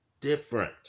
different